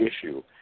issue